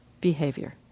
behavior